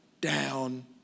down